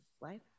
life